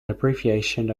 abbreviation